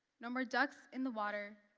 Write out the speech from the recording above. no more ducks in the water,